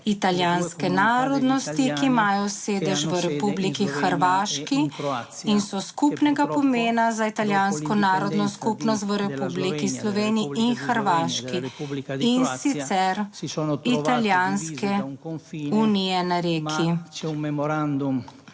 italijanske narodnosti, ki imajo sedež v Republiki Hrvaški in so skupnega pomena za italijansko narodno skupnost v Republiki Sloveniji in Hrvaški, in sicer Italijanske unije na Reki.